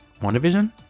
WandaVision